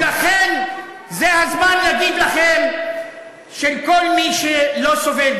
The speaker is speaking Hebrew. ולכן זה הזמן להגיד לכם שכל מי שלא סובל,